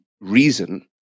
reason